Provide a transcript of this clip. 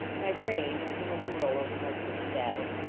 my brain was in a whirl over my first battle.